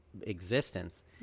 existence